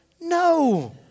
No